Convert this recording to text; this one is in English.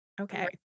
Okay